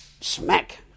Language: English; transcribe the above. smack